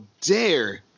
dare